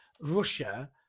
Russia